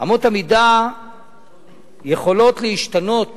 אמות המידה יכולות להשתנות